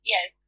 Yes